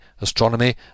astronomy